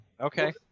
Okay